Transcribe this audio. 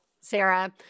Sarah